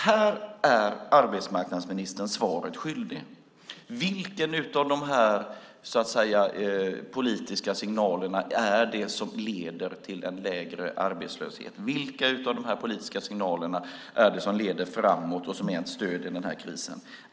Här är arbetsmarknadsministern svaret skyldig. Vilken av de här politiska signalerna är det som leder till en lägre arbetslöshet? Vilka av de här politiska signalerna är det som leder framåt och är ett stöd i den här krisen?